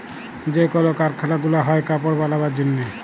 যে কল কারখালা গুলা হ্যয় কাপড় বালাবার জনহে